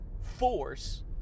Force